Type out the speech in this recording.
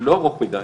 לא ארוך מדי